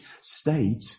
state